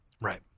Right